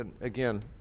Again